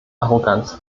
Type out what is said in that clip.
arroganz